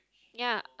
ya